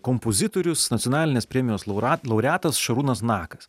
kompozitorius nacionalinės premijos laurae laureatas šarūnas nakas